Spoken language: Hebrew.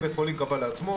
כל בית חולים קבע לעצמו,